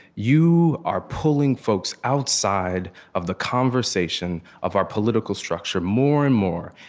you are pulling folks outside of the conversation of our political structure more and more.